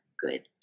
good